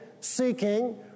seeking